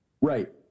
Right